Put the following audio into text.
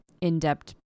in-depth